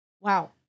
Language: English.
Wow